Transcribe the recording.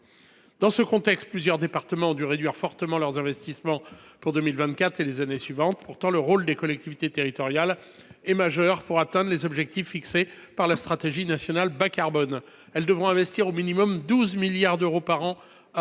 Dans ce contexte, plusieurs départements ont dû fortement réduire leurs investissements pour 2024 et les années suivantes. Pourtant, les collectivités territoriales jouent un rôle majeur pour atteindre les objectifs fixés par la stratégie nationale bas carbone. Elles devront investir au moins 12 milliards d’euros par an à